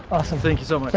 awesome. thank you so